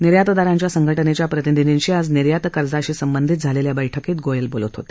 निर्यातदारांच्या संघटनेच्या प्रतिनिधींशी आज निर्यात कर्जाशी संबधित झालेल्या बैठकीत गोयल बोलत होते